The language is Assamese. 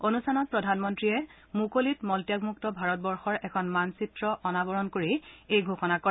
অনুষ্ঠানত প্ৰধানমন্ত্ৰীয়ে মুকলিত মলত্যাগ মুক্ত ভাৰতবৰ্যৰ এখন মানচিত্ৰ অনাবৰণ কৰি এই ঘোষণা কৰে